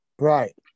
Right